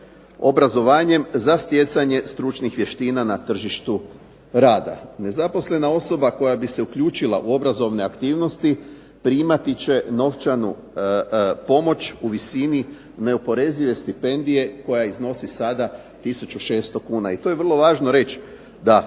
obrazovanjem za stjecanje stručnih vještina na tržištu rada. Nezaposlena osoba koja bi se uključila u obrazovne aktivnosti primati će novčanu pomoć u visini neoporezive stipendije koja iznosi sada 1600 kn. I to je vrlo važno reći da